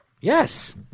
Yes